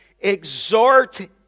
Exhort